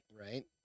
Right